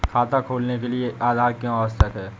खाता खोलने के लिए आधार क्यो आवश्यक है?